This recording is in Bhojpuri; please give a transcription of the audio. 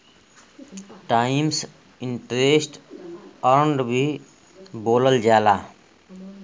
टाइम्स इन्ट्रेस्ट अर्न्ड भी बोलल जाला